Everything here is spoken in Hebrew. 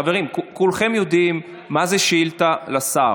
חברים, כולכם יודעים מה זאת שאילתה לשר.